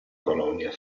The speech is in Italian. colonia